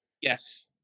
Yes